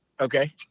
Okay